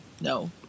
No